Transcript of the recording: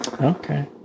Okay